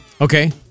Okay